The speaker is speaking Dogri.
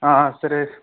हां सर